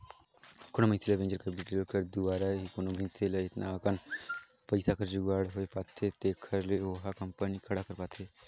कोनो मइनसे ल वेंचर कैपिटल कर दुवारा ही कोनो मइनसे ल एतना अकन पइसा कर जुगाड़ होए पाथे जेखर ले ओहा कंपनी खड़ा कर पाथे